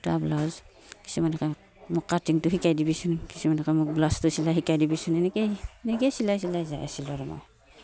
দুটা ব্লাউজ কিছুমানে কয় মোক কাটিংটো শিকাই দিবিচোন কিছুমানে কয় মোক ব্লাউজটো চিলাই শিকাই দিবিচোন এনেকৈয়ে এনেকৈয়ে চিলাই চিলাই যাই আছিলোঁ আৰু মই